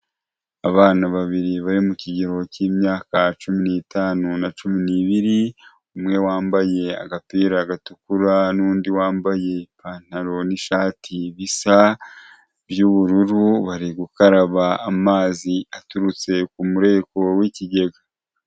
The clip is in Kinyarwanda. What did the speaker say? Abantu babiri bari mu kigero cy'imyaka cumi n'itanu na cumi n'ibiri, umwe wambaye agapira gatukura, n'undi wambaye ipantaro n'ishati bisa by'ubururu bari gukaraba amazi aturutse ku mureko w'ikigega.